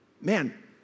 man